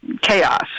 chaos